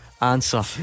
answer